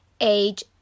age